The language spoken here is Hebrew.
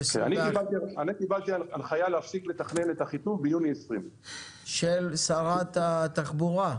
אני קיבלתי הנחייה להפסיק לתכנן את אחיטוב ביוני 2020. של שרת התחבורה?